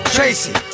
Tracy